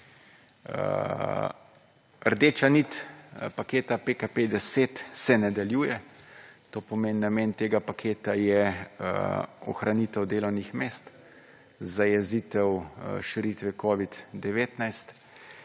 Rdeča nit paketa PKP 10 se nadaljuje. To pomeni, namen tega paketa je ohranitev delovnih mest, zajezitev širitve COVID-19